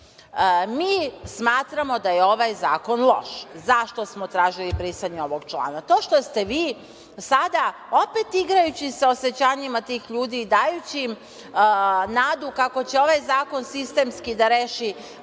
dete. Smatramo da je ovaj zakon loš. Zašto smo tražili brisanje ovog člana? To što ste vi sada, opet igrajući se osećanjima tih ljudi, dajući im nadu kako će ovaj zakon sistemski da reši